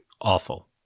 awful